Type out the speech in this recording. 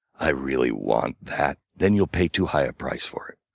i really want that, then you'll pay too high a price for it.